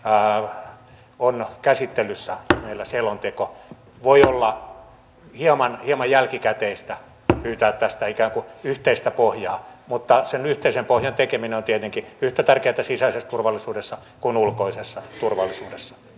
tilanteessa jossa käsittelyssä meillä on selonteko voi olla hieman jälkikäteistä pyytää tästä ikään kuin yhteistä pohjaa mutta sen yhteisen pohjan tekeminen on tietenkin yhtä tärkeätä sisäisessä turvallisuudessa kuin ulkoisessa turvallisuudessa